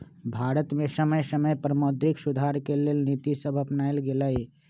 भारत में समय समय पर मौद्रिक सुधार के नीतिसभ अपानाएल गेलइ